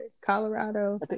Colorado